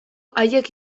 haiek